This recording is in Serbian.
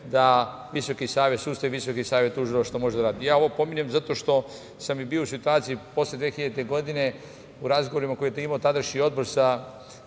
da Visoki savet sudstva i Visoki savet tužilaštva može da radi. Ja ovo pominjem zato što sam i bio u situaciji posle 2000. godine, u razgovorima koje je imao tadašnji odbor sa